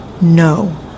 no